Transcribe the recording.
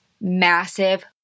massive